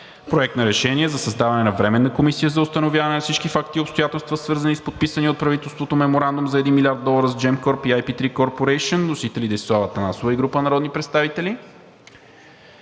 Проект на решение за създаване на Временна комисия за установяване на всички факти и обстоятелства, свързани с подписания от правителството меморандум за 1 млрд. долара с Gеmcorp и IP3 Corporation. Вносители – Десислава Атанасова и група народни представители.